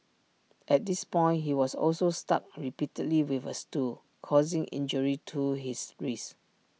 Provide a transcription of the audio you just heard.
at this point he was also struck repeatedly with A stool causing injury to his wrist